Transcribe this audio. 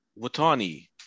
Watani